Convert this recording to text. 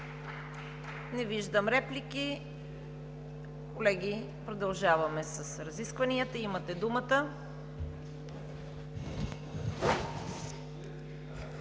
Не виждам реплики. Колеги, продължаваме с разискванията. Имате думата.